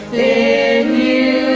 a